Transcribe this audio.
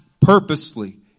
purposely